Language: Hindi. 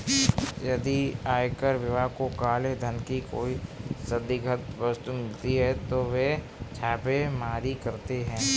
यदि आयकर विभाग को काले धन की कोई संदिग्ध वस्तु मिलती है तो वे छापेमारी करते हैं